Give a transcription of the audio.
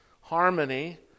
harmony